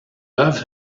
love